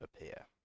appear